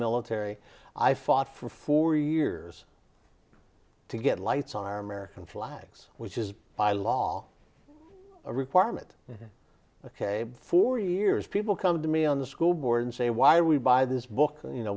military i fought for four years to get lights on our american flags which is by law a requirement ok for years people come to me on the school board and say why are we buy this book you know